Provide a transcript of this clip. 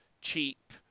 cheap